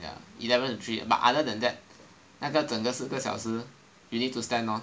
ya eleven to three but other than that and 那个整个四个小时 you need to stand lor